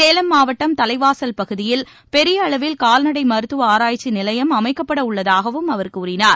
சேலம் மாவட்டம் தலைவாசல் பகுதியில் பெரிய அளவில் கால்நடை மருத்துவ ஆராய்ச்சி நிலையம் அமைக்கப்பட உள்ளதாகவும் அவர் கூறினார்